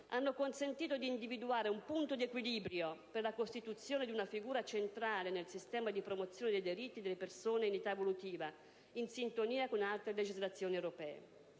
hanno consentito di individuare un punto di equilibrio per la costituzione di una figura centrale nel sistema di promozione dei diritti delle persone in età evolutiva, in sintonia con altre legislazioni europee.